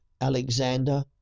Alexander